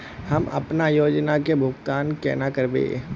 हम अपना योजना के भुगतान केना करबे?